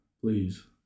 Please